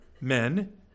men